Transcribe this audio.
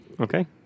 Okay